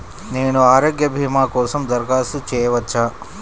నేను ఆరోగ్య భీమా కోసం దరఖాస్తు చేయవచ్చా?